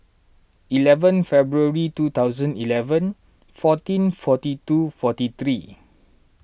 eleven February two thousand eleven fourteen forty two forty three